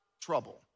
trouble